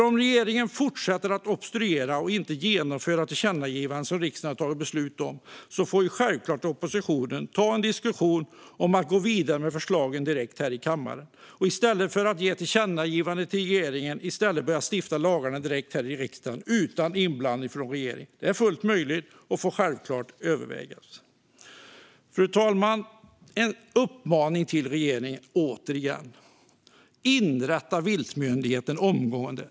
Om regeringen fortsätter att obstruera och inte genomföra tillkännagivanden som riksdagen har tagit beslut om får oppositionen självklart ta en diskussion om att gå vidare med förslagen direkt här i kammaren och i stället för att rikta tillkännagivanden till regeringen börja stifta lagarna direkt här i riksdagen utan inblandning från regeringen. Detta är fullt möjligt och får självklart övervägas. Fru talman! Jag har, återigen, en uppmaning till regeringen: Inrätta viltmyndigheten omgående!